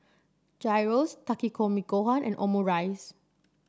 Gyros Takikomi Gohan and Omurice